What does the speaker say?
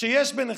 שיש לכם,